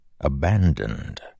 Abandoned